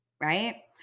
right